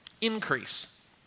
increase